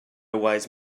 wise